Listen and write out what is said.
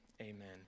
Amen